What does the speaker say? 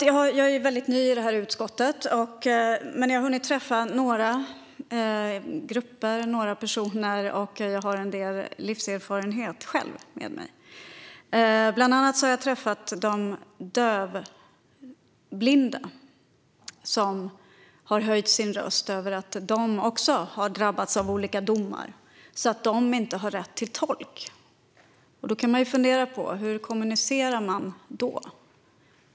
Jag är ny i utskottet, men jag har hunnit träffa några grupper och personer, och jag har själv en del livserfarenhet med mig. Bland annat har jag träffat representanter för de dövblinda, som har höjt sin röst när det gäller att också de har drabbats av olika domar så att de inte har rätt till tolk. Man kan fundera på hur man då kommunicerar.